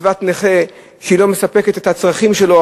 קצבת נכה, שלא מספקת את הצרכים שלו.